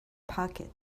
pocket